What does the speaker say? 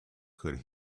could